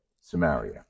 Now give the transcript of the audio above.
Samaria